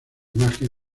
magia